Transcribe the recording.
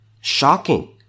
Shocking